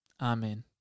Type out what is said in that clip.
Amen